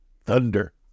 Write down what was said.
thunder